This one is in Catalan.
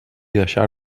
deixar